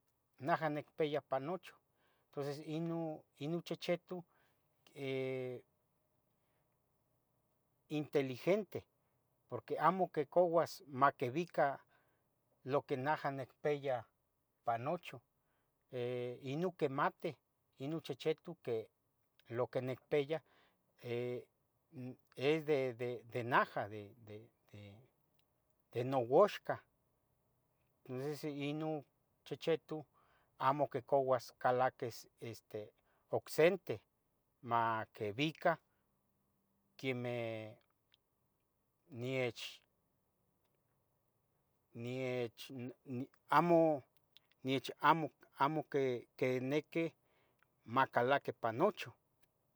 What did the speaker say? naha nicpia pan nochu, entonces ino ino chechetu que inteligente porque amo quicabas maquibica lo que naha nic pia pan nochu, eh ino quimati, ino chechetu que lo que nic pia eh es de de naha de de de nuwoxca donces ino chechetu amo quicauas calaquis este ocsente ma quibica queme niech, niech ni ni, amo quiniqui macalaqui pan nochu